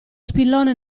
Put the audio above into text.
spillone